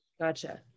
Gotcha